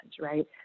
right